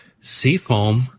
Seafoam